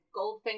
Goldfinger